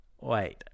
Wait